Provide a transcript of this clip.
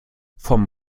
vom